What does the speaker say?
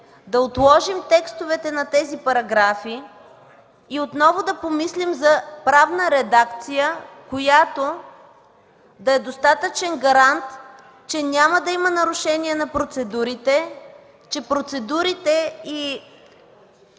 да отложим текстовете на тези параграфи и отново да помислим за правна редакция, която да е достатъчен гарант, че няма да има нарушения на процедурите, че процедурите и